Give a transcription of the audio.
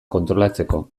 kontrolatzeko